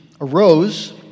arose